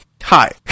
hi